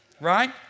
right